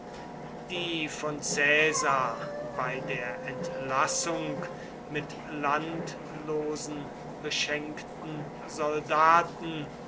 die von caesar bei der entlassung mit landlosen beschenkten soldaten